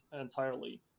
entirely